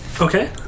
Okay